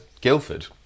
Guildford